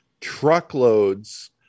truckloads